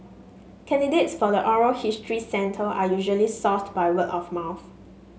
candidates for the oral history centre are usually sourced by word of mouth